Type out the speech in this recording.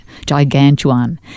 gigantuan